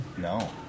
No